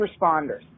responders